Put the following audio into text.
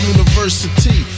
University